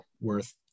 worth